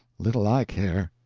little i care!